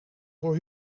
voor